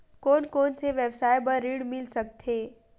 कोन कोन से व्यवसाय बर ऋण मिल सकथे?